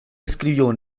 escribió